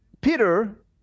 Peter